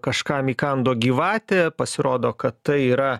kažkam įkando gyvatė pasirodo kad tai yra